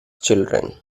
children